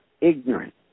ignorant